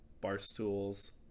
Barstool's